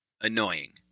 Annoying